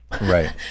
right